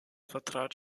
vertrat